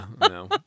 no